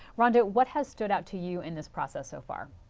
rhonda, what has stood out to you in this process so far?